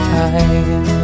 time